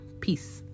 Peace